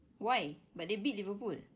why but they beat liverpool